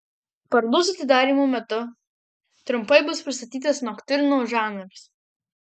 parodos atidarymo metu trumpai bus pristatytas noktiurno žanras